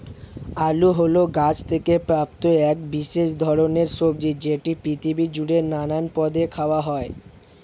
আলু হল গাছ থেকে প্রাপ্ত এক বিশেষ ধরণের সবজি যেটি পৃথিবী জুড়ে নানান পদে খাওয়া হয়